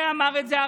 אמרת את זה,